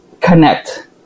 connect